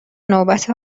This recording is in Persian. نوبت